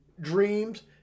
Dreams